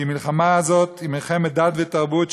כי המלחמה הזאת היא מלחמת דת ותרבות,